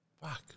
Fuck